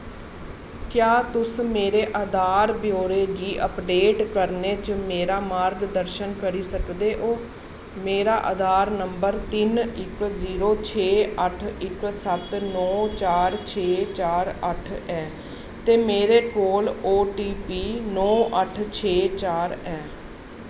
क्या तुस मेरे आधार ब्यौरे गी अपडेट करने च मेरा मार्गदर्शन करी सकदे ओ मेरा आधार नंबर तिन इक जीरो छे अट्ठ इक सत्त नौ चार छे चार अट्ठ ऐ ते मेरे कोल ओ टी पी नौ अट्ठ छे चार ऐ